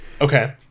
Okay